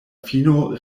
fino